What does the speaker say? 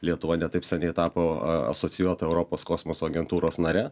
lietuva ne taip seniai tapo asocijuota europos kosmoso agentūros nare